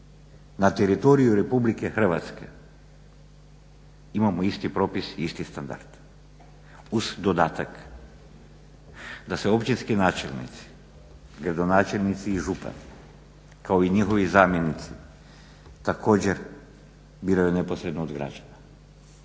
na teritoriju RH imamo isti propis i isti standard uz dodatak da se općinski načelnici, gradonačelnici i župani kao i njihovi zamjenici također biraju neposredno od građana?